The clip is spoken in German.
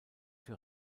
für